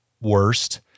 worst